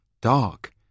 Dark